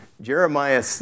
Jeremiah